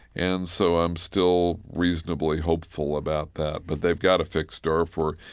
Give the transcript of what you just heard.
and so i'm still reasonably hopeful about that. but they've got to fix darfur.